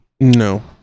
No